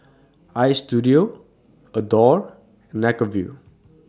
Istudio Adore and Acuvue